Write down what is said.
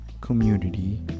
community